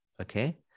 okay